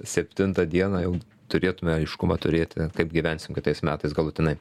septintą dieną jau turėtume aiškumą turėti kaip gyvensim kitais metais galutinai